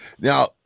Now